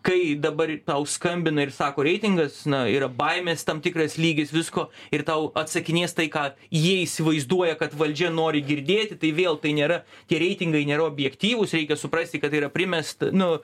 kai dabar tau skambina ir sako reitingas na yra baimės tam tikras lygis visko ir tau atsakinės tai ką jie įsivaizduoja kad valdžia nori girdėti tai vėl tai nėra tie reitingai nėra objektyvūs reikia suprasti kad tai yra primesta nu